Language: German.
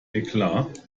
eklat